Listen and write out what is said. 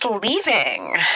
leaving